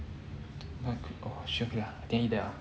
but oh then eat that ah